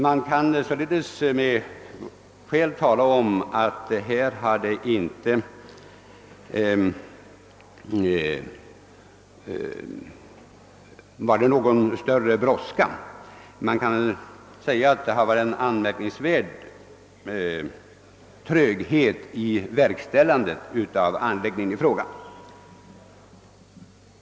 Man kan alltså med fog påstå att det inte har visats någon större brådska därvidlag; det har tvärtom gått anmärkningsvärt trögt att färdigställa anläggningen.